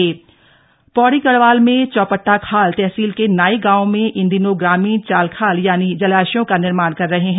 जल संरक्षण पौड़ी गढ़वाल में चौबट्टाखाल तहसील के नाई गांव में इन दिनों ग्रामीण चाल खाल यानी जलाशयों का निर्माण कर रहे हैं